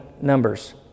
numbers